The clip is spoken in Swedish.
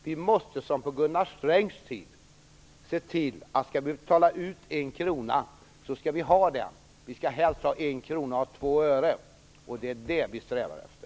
Vi måste, som på Gunnar Strängs tid, se till att vi helst har 1 krona och 2 öre för varje krona vi betalar ut. Det är det vi strävar efter.